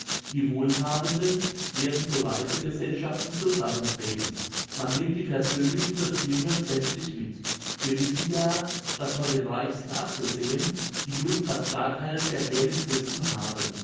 die wohlhabenden werden zu reisegesellschaften zusammentreten man nimmt die persönlichen beziehungen sämmtlich mit wir wissen ja dass von den reichsten abgesehen die juden fast gar keinen verkehr mit christen haben